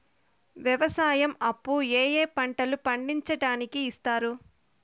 వ్యవసాయం అప్పు ఏ ఏ పంటలు పండించడానికి ఇస్తారు?